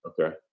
Okay